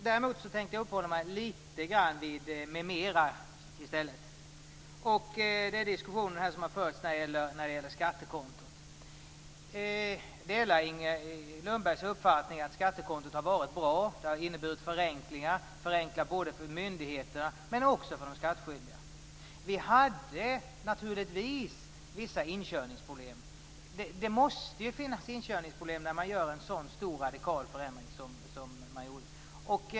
Däremot tänker jag uppehålla mig litet grand vid "m.m." och de diskussioner som har förts när det gäller skattekontot. Jag delar Inger Lundbergs uppfattning att skattekontot har varit bra. Det har inneburit förenklingar både för myndigheterna och för de skattskyldiga. Det var naturligtvis vissa inkörningsproblem; det måste bli sådana när man gör en så stor och radikal förändring som denna.